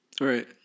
right